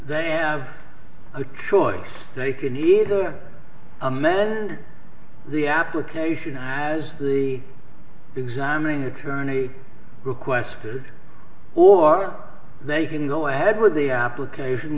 they have a choice they can either man the application as the examining attorney requested or they can go ahead with the application